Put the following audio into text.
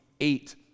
eight